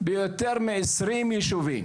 ביותר מעשרים ישובים,